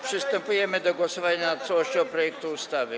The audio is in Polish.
Przystępujemy do głosowania nad całością projektu ustawy.